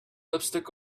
lipstick